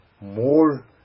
more